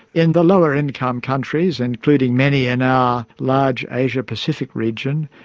in the lower income countries, including many in our large asia pacific region,